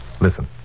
Listen